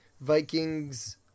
Vikings